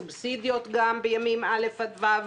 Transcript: סובסידיות בימי החול.